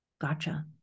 Gotcha